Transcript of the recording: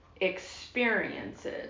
experiences